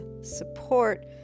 support